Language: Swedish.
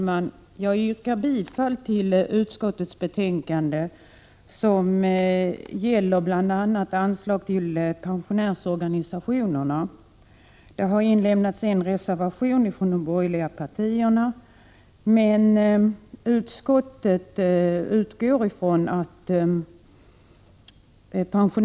Herr talman! Som representant för de borgerliga partierna ber jag att få yrka bifall till reservationen. Den handlar om bidrag till pensionärsorganisationerna, och vi delar motionärernas uppfattning att den nuvarande fördelningen är orättvis.